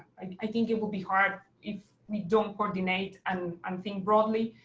i think it will be hard if we don't coordinate, and um think broadly.